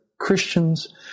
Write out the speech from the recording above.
Christians